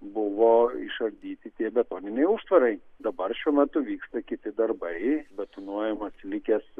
buvo išardyti tie betoniniai užtvarai dabar šiuo metu vyksta kiti darbai betonuojamas likęs